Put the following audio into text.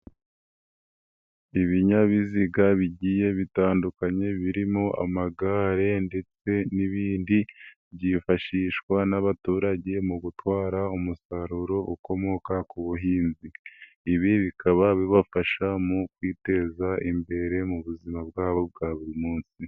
Ibinyabiziga bigiye bitandukanye birimo amagare ndetse n'ibindi byifashishwa n'abaturage mu gutwara umusaruro ukomoka ku buhinzi. Ibi bikaba bibafasha mu kwiteza imbere mu buzima bwabo bwa buri munsi.